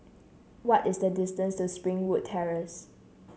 what is the distance to Springwood Terrace